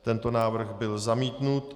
Tento návrh byl zamítnut.